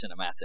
cinematic